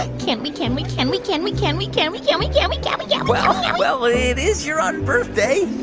ah can we? can we? can we? can we? can we? can we? can we? can we? can we? yeah well, yeah it is your unbirthday